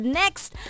next